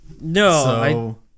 no